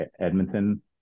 Edmonton